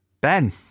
Ben